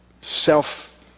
Self